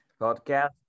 podcast